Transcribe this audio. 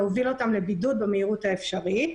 להוביל אותם לבידוד במהירות האפשרית,